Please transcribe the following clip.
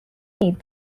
need